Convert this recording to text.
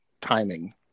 timing